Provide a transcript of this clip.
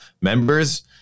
members